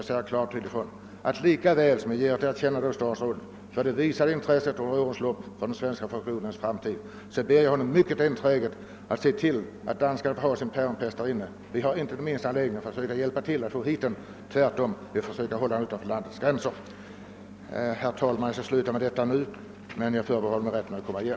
Samtidigt som jag ger statsrådet ett erkännande för det intresse som han har visat för de svenska fruktodlarnas framtid ber jag honom enträget att se till att danskarna behåller sin päronpest inom sitt land. Vi har inte den minsta anledning att hjälpa till med att få hit den — tvärtom måste vi försöka hålla den utanför landets gränser. Herr talman! Jag skall sluta med detta, men jag förbehåller mig rätten att komma igen.